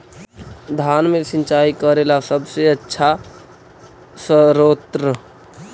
धान मे सिंचाई करे ला सबसे आछा स्त्रोत्र?